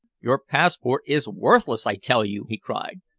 your passport is worthless, i tell you! he cried.